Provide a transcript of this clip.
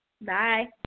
bye